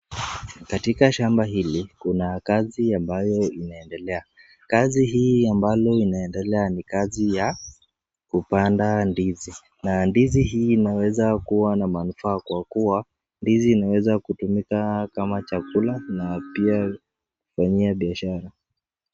Katika shamba hili kuna kazi ambayo inaendelea, kazi hii ambalo inaendelea ni kazi ya kupanda ndizi. Na ndizi hii inaweza kuwa na manufaa kwa kuwa ndizi inaweza kutumika kama chakula na pia kufanyia biashara.